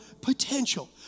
potential